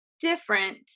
different